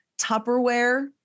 Tupperware